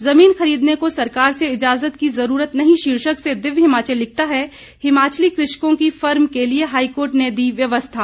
जमीन खरीदने को सरकार से इजाजत की जरूरत नहीं शीर्षक से दिव्य हिमाचल लिखता है हिमाचली कृषकों की फर्म के लिए हाईकोर्ट ने दी व्यवस्था